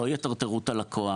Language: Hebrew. לא יטרטרו את הלקוח.